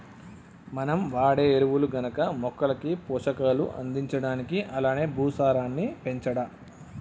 మనం వాడే ఎరువులు గనక మొక్కలకి పోషకాలు అందించడానికి అలానే భూసారాన్ని పెంచడా